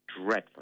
dreadful